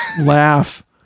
laugh